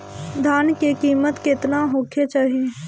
धान के किमत केतना होखे चाही?